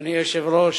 אדוני היושב-ראש,